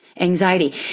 anxiety